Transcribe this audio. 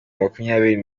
makumyabiri